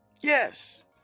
yes